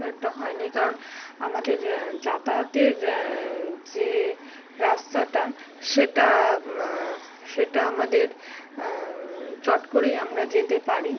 খুব একটা হয়নি কারণ আমাদের যাতায়াতের যে রাস্তাটা সেটা সেটা আমাদের চট করেই আমরা যেতে পারি